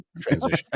transition